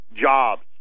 jobs